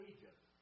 Egypt